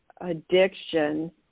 addiction